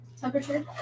temperature